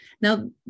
Now